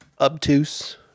obtuse